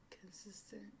consistent